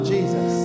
Jesus